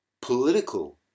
political